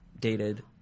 dated